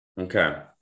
Okay